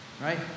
right